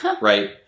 Right